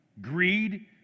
greed